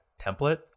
template